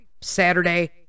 Saturday